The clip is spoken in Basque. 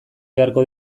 beharko